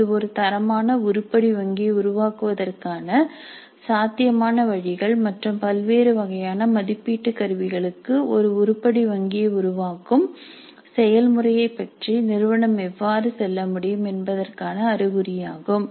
இது ஒரு தரமான உருப்படி வங்கியை உருவாக்குவதற்கான சாத்தியமான வழிகள் மற்றும் பல்வேறு வகையான மதிப்பீட்டு கருவிகளுக்கு ஒரு உருப்படி வங்கியை உருவாக்கும் செயல்முறையைப் பற்றி நிறுவனம் எவ்வாறு செல்ல முடியும் என்பதற்கான அறிகுறியாகும்